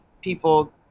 people –